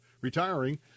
retiring